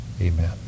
Amen